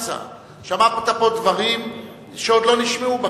שמעת פה דברים שעוד לא נשמעו בכנסת.